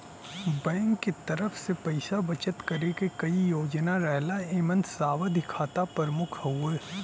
bank के तरफ से पइसा बचत करे क कई योजना रहला एमन सावधि खाता प्रमुख हउवे